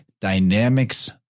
dynamics